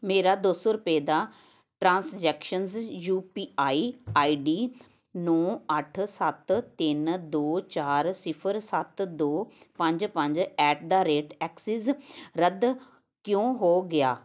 ਮੇਰਾ ਦੋ ਸੌ ਰੁਪਏ ਦਾ transactions U P I I D ਨੌਂ ਅੱਠ ਸੱਤ ਤਿੰਨ ਦੋ ਚਾਰ ਸੀਫਰ ਸੱਤ ਦੋ ਪੰਜ ਪੰਜ ਐਟ ਦਾ ਰੇਟ ਐਕਸਿਸ ਰੱਦ ਕਿਉ ਹੋ ਗਿਆ